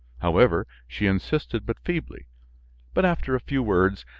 however, she insisted but feebly but, after a few words,